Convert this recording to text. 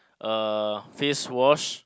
uh face wash